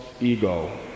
ego